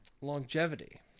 Longevity